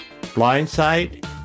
BlindSight